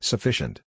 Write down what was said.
Sufficient